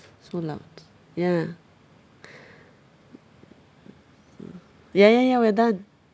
so loud ya ya ya ya we are done